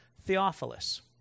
Theophilus